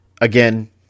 Again